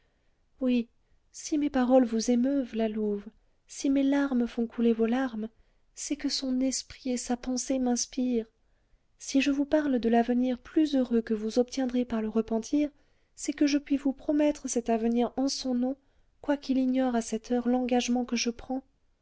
oui si mes paroles vous émeuvent la louve si mes larmes font couler vos larmes c'est que son esprit et sa pensée m'inspirent si je vous parle de l'avenir plus heureux que vous obtiendrez par le repentir c'est que je puis vous promettre cet avenir en son nom quoiqu'il ignore à cette heure l'engagement que je prends